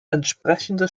entsprechende